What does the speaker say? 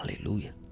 Hallelujah